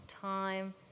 time